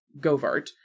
Govart